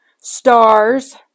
stars